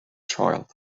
child